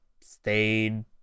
stayed